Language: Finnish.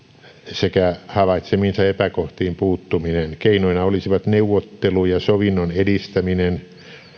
sekä havaitsemiinsa epäkohtiin puuttuminen keinoina olisivat neuvottelu ja sovinnon edistäminen